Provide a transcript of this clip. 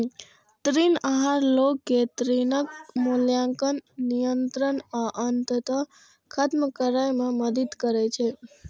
ऋण आहार लोग कें ऋणक मूल्यांकन, नियंत्रण आ अंततः खत्म करै मे मदति करै छै